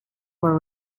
were